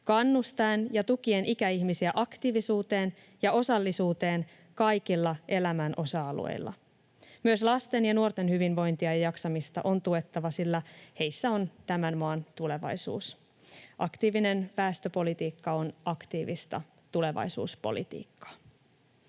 kannustaen ja tukien ikäihmisiä aktiivisuuteen ja osallisuuteen kaikilla elämän osa-alueilla. Myös lasten ja nuorten hyvinvointia ja jaksamista on tuettava, sillä heissä on tämän maan tulevaisuus. Aktiivinen väestöpolitiikka on aktiivista tulevaisuuspolitiikkaa.